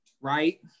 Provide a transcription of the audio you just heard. Right